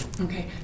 Okay